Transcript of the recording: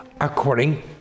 according